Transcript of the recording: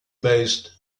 based